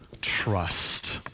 trust